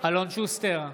אלון שוסטר,